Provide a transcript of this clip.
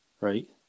right